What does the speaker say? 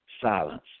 silence